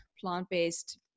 plant-based